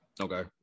Okay